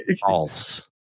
False